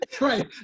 Right